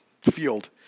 field